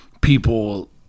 People